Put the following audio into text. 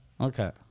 Okay